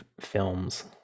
films